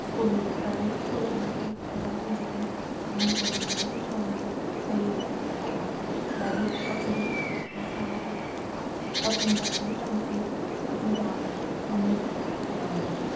school private school ꯑꯃꯒꯤ ꯑꯣꯖꯥ ꯑꯣꯏꯖꯔꯤ ꯑꯉꯥꯡ ꯑꯣꯏꯔꯤꯉꯩꯗꯒꯤ ꯍꯧꯅꯥ ꯑꯩ ꯂꯥꯏꯕ꯭ꯔꯤꯛ ꯀꯛꯆꯤꯡ ꯃꯁꯥ ꯃꯛꯇ ꯀꯛꯆꯤꯡꯗ ꯑꯗꯨꯝ ꯇꯝꯃꯛꯏ ꯑꯗꯨꯒ ꯑꯃꯨꯛ